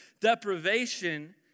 deprivation